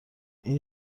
این